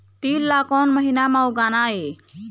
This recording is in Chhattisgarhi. तील ला कोन महीना म उगाना ये?